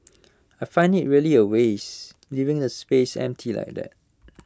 I find IT really A waste leaving the space empty like that